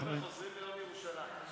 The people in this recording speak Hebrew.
חבר'ה, חוזרים ליום ירושלים.